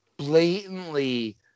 Blatantly